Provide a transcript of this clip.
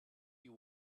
you